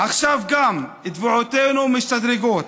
עכשיו גם תביעותינו משתדרגות.